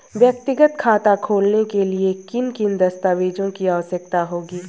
व्यक्तिगत खाता खोलने के लिए किन किन दस्तावेज़ों की आवश्यकता होगी?